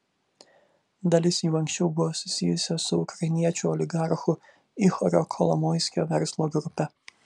dalis jų anksčiau buvo susijusios su ukrainiečių oligarcho ihorio kolomoiskio verslo grupe